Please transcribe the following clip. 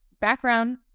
background